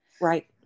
Right